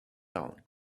down